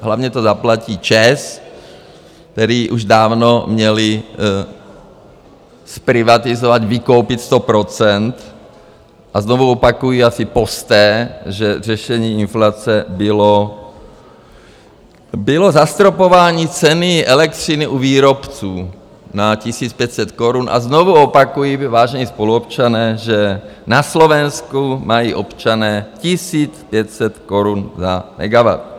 Hlavně to zaplatí ČEZ, který už dávno měli zprivatizovat, vykoupit 100 %, a znovu opakuji asi posté, že řešení inflace bylo zastropování ceny elektřiny u výrobců na 1500 korun, a znovu opakuji, vážení spoluobčané, že na Slovensku mají občané 1500 korun za megawatt.